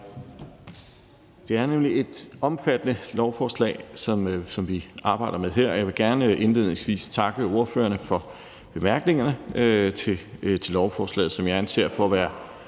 Det er nemlig et omfattende lovforslag, som vi arbejder med her. Jeg vil gerne indledningsvis takke ordførerne for bemærkningerne til lovforslaget, som jeg anser for at være